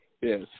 Yes